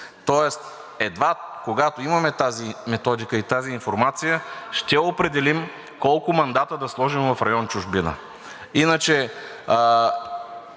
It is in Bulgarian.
Тоест едва когато имаме тази методика и тази информация, ще определим колко мандата да сложим в район „Чужбина“.